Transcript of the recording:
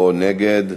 או נגד.